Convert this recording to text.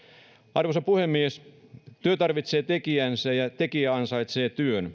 arvoisa puhemies työ tarvitsee tekijänsä ja tekijä ansaitsee työn